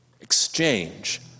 exchange